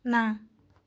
ନା